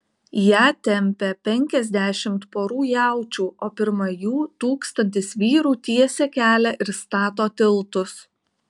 ją tempia penkiasdešimt porų jaučių o pirma jų tūkstantis vyrų tiesia kelią ir stato tiltus